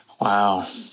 Wow